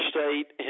State